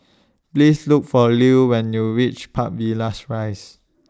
Please Look For Lew when YOU REACH Park Villas Rise